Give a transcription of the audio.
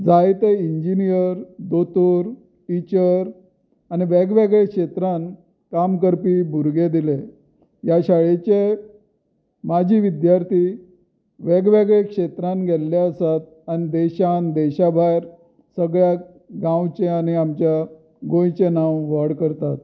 जायते इंजिनियर दोतोर टिचर आनी वेगवेगळे क्षेत्रांत काम करपी भुरगे दिले ह्या शाळेचे माजी विद्यार्थी वेगवेगळे क्षेत्रांत गेल्ले आसात आनी देशांत देशा भायर सगळ्याक गांवचे आनी आमच्या गोंयचें नांव व्हड करतात